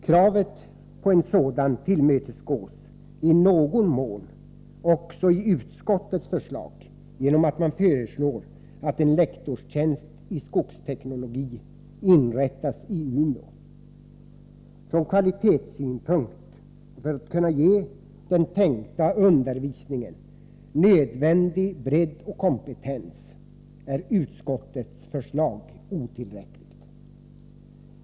Kravet på en sådan utbildning tillmötesgås i någon mån i utskottets skrivning. Man föreslår nämligen att en lektorstjänst i skogsteknologi inrättas i Umeå. Från kvalitetssynpunkt, och även för att den tänkta undervisningen skall ha nödvändig bredd och kompetens, är utskottets förslag otillräckligt.